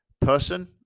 person